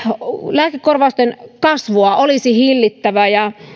lääkekorvausten kasvua olisi hillittävä ja